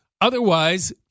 Otherwise